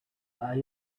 are